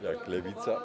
Jak Lewica.